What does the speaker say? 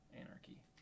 Anarchy